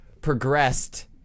progressed